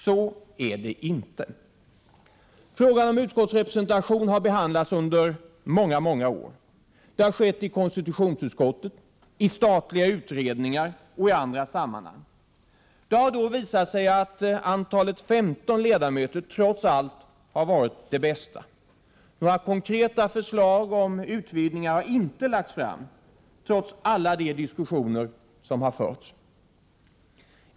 Så är det inte. Frågan om utskottsrepresentation har behandlats under många många år. Det har skett i konstitutionsutskottet, i statliga utredningar och i andra sammanhang. Det har då visat sig att antalet 15 ledamöter trots allt har varit det bästa. Några konkreta förslag om utvidgningar har inte lagts fram, trots alla de diskussioner som har förts.